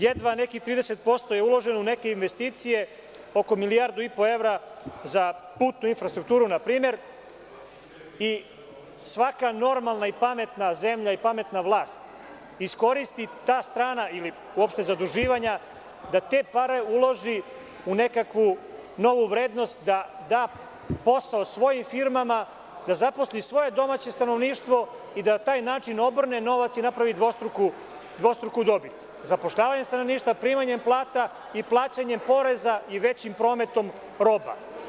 Jedva nekih 30% je uloženo u neke investicije, oko milijardu i po evra za putnu infrastrukturu npr. i svaka normalna i pametna zemlja i pametna vlast iskoristi ta strana zaduživanja i uopšte zaduživanja, da te pare uloži u nekakvu novu vrednost, da da posao svojim firmama, da zaposli svoje domaće stanovništvo i da na taj način obrne novac i da napravi dvostruku dobit zapošljavanjem stanovništva, primanjem plata i plaćanjem poreza i većim prometom roba.